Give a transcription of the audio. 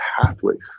pathways